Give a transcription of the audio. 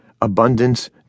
abundance